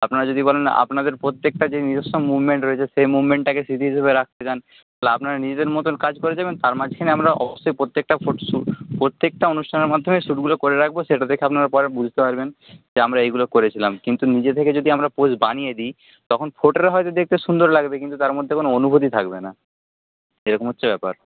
আপনারা যদি বলেন আপনাদের প্রত্যেকটা যে নিজস্ব মুভমেন্ট রয়েছে সেই মুভমেন্টটাকে স্মৃতি হিসাবে রাখতে চান তাহলে আপনারা নিজেদের মত কাজ করে যাবেন তার মাঝখানে আমরা অবশ্যই প্রত্যেকটা ফটোশ্যুট প্রত্যেকটা অনুষ্ঠানের মাধ্যমে শ্যুটগুলো করে রাখবো সেটা দেখে আপনারা পরে বুঝতে পারবেন যে আমরা এইগুলো করেছিলাম কিন্তু নিজে থেকে যদি আমরা পোজ বানিয়ে দিই তখন ফটোটা হয়তো দেখতে সুন্দর লাগবে কিন্তু তার মধ্যে কোনো অনুভূতি থাকবে না এরকম হচ্ছে ব্যাপার